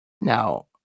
Now